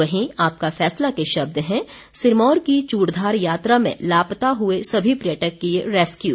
वहीं आपका फैसला के शब्द हैं सिरमौर की चूड़धार यात्रा में लापता हुए सभी पर्यटक किए रेसक्यू